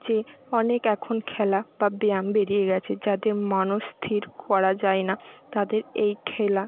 যে অনেক এখন খেলা বা ব্যায়াম বেরিয়ে গেছে যাদের মনস্থির করা যায় না তাদের এই খেলা